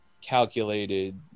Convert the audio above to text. calculated